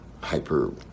hyper